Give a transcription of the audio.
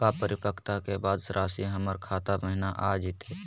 का परिपक्वता के बाद रासी हमर खाता महिना आ जइतई?